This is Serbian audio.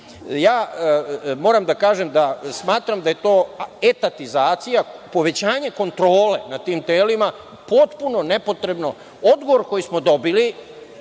da kažem da smatram da je to etatizacija povećanje kontrole nad tim telima potpuno nepotrebno. Odgovor koji smo dobili,